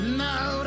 now